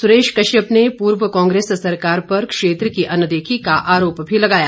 सुरेश कश्यप ने पूर्व कांग्रेस सरकार पर क्षेत्र की अनदेखी का आरोप भी लगाया